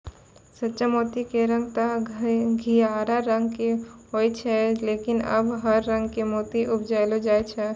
सच्चा मोती के रंग तॅ घीयाहा रंग के होय छै लेकिन आबॅ हर रंग के मोती उपजैलो जाय छै